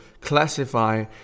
classify